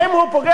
האם הוא פוגע,